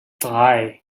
drei